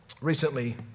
Recently